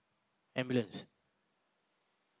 ambulance